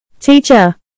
Teacher